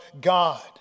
God